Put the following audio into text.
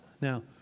Now